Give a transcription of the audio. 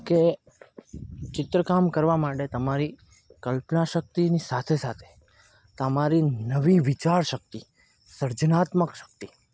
કે ચિત્રકામ કરવા માટે તમારી કલ્પના શક્તિની સાથે સાથે તમારી નવી વિચાર શક્તિ સર્જનાત્મક શક્તિ